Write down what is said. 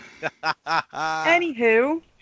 Anywho